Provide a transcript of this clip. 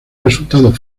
resultados